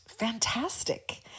fantastic